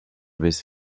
bis